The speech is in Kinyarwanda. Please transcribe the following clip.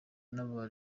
n’aba